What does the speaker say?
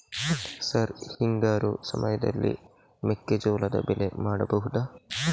Sir ಹಿಂಗಾರು ಸಮಯದಲ್ಲಿ ಮೆಕ್ಕೆಜೋಳದ ಬೆಳೆ ಮಾಡಬಹುದಾ?